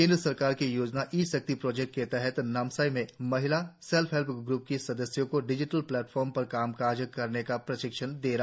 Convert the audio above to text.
केंद्र सरकार के योजना ई शक्ति प्रोजेक्ट के तहत नामसाई में महिला सेल्फ हेल्प ग्र्प की सदस्यों को डिजिटल प्लेटफार्म पर काम काज करने का प्रशिक्षण दिया गया